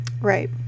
right